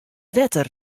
wetter